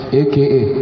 aka